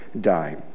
die